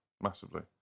massively